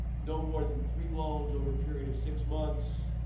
no more than three loans over a period of six months,